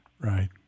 Right